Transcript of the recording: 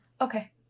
Okay